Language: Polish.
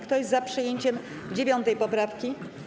Kto jest za przyjęciem 9. poprawki?